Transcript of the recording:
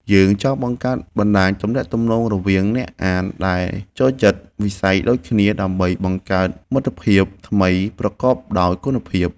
យើងចង់បង្កើតបណ្ដាញទំនាក់ទំនងរវាងអ្នកអានដែលចូលចិត្តវិស័យដូចគ្នា ដើម្បីបង្កើតមិត្តភាពថ្មីប្រកបដោយគុណភាព។